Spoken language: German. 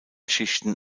schichten